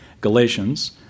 Galatians